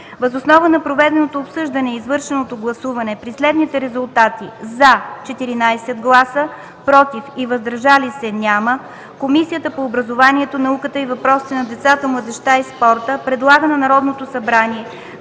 Въз основа на проведеното обсъждане и извършеното гласуване при следните резултати: „за” 14 гласа, „против” и „въздържали се” няма, Комисията по образованието, науката и въпросите на децата, младежта и спорта предлага на Народното събрание